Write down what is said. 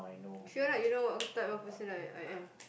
sure lah you know what type of person I I am